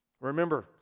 Remember